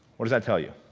what does that tell you?